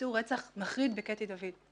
ביצעו רצח מחריד בקטי דוד.